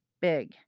big